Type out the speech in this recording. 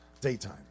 Daytime